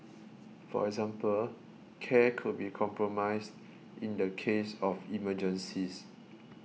for example care could be compromised in the case of emergencies